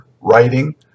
writing